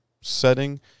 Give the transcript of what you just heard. setting